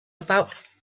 about